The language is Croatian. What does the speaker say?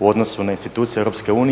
u odnosu na institucije EU